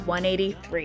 183